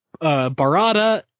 Barada